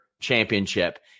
championship